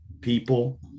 people